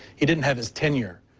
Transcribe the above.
he didn't have his tenure.